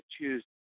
choose